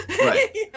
Right